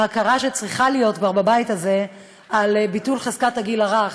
ההכרה שצריכה להיות כבר בבית הזה לגבי ביטול חזקת הגיל הרך.